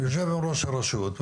יושב ראש הרשות,